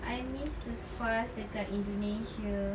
I miss the spa dekat Indonesia